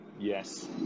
Yes